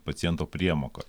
paciento priemoka